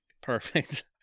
Perfect